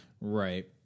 Right